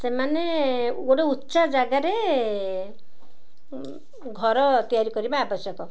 ସେମାନେ ଗୋଟେ ଉଚ୍ଚା ଜାଗାରେ ଘର ତିଆରି କରିବା ଆବଶ୍ୟକ